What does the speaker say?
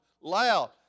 loud